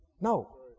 no